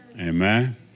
Amen